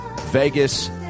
Vegas